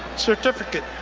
certificate,